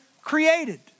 created